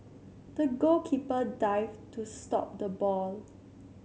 the goalkeeper dived to stop the ball